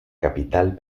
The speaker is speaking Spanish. capital